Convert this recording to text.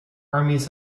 armies